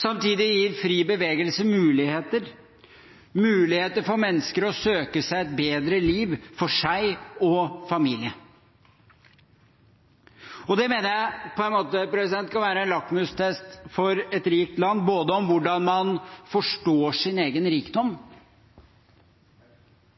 Samtidig gir fri bevegelse muligheter – muligheter for mennesker til å søke seg et bedre liv for seg og sin familie. Jeg mener det på en måte kan være en lakmustest for et rikt land både hvordan man forstår sin egen rikdom,